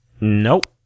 Nope